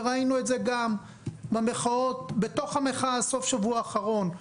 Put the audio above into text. וראינו את זה גם בתוך המחאה בסוף השבוע האחרון,